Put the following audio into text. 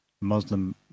Muslim